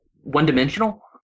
one-dimensional